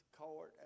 court